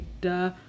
duh